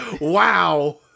Wow